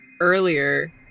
Earlier